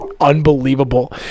unbelievable